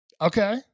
okay